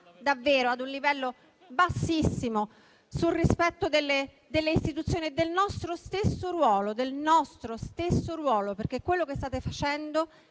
davvero a un livello bassissimo di rispetto delle Istituzioni e del nostro stesso ruolo. Lo sottolineo perché quello che state facendo,